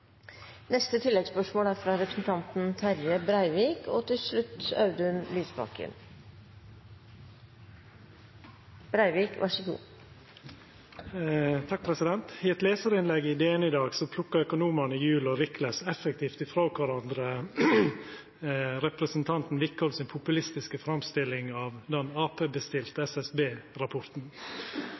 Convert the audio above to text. Terje Breivik – til oppfølgingsspørsmål. I eit lesarinnlegg i DN i dag plukkar økonomane Juel og Riekeles effektivt frå kvarandre representanten Wickholm si populistiske framstilling av